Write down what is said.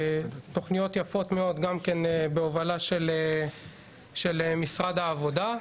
תוכניות יפות מאוד גם כן בהובלה של משרד העבודה,